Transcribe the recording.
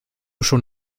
schon